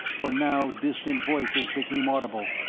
for now distant voices became audible,